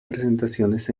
presentaciones